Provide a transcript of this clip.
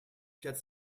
quatre